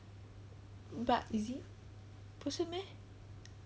but is it 不是 meh